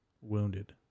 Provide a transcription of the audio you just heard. wounded